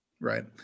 Right